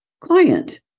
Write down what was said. client